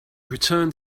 returned